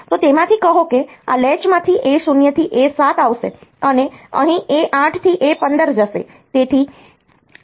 તો તેમાંથી કહો કે આ લૅચમાંથી A0 થી A7 આવશે અને અહીં A8 થી A15 જશે